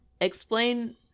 explain